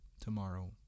tomorrow